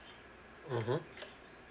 mmhmm